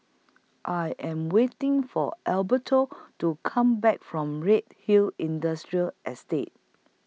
I Am waiting For Alberto to Come Back from Redhill Industrial Estate